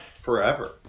forever